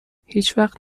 هیچوقت